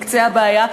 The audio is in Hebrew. לקצה הבעיה,